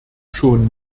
schon